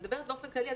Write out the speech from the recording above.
אני מדברת באופן כללי.